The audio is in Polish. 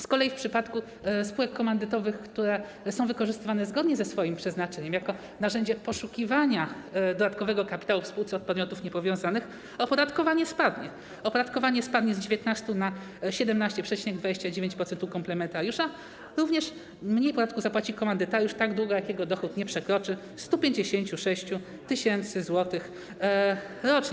Z kolei w przypadku spółek komandytowych, które są wykorzystywane zgodnie ze swoim przeznaczeniem jako narzędzie poszukiwania dodatkowego kapitału w spółce od podmiotów niepowiązanych, opodatkowanie spadnie z 19 na 17,29% u komplementariusza, również mniej podatku zapłaci komandytariusz tak długo, jak jego dochód nie przekroczy 156 tys. zł rocznie.